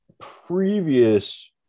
Previous